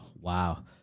Wow